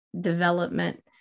development